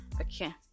Okay